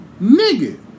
nigga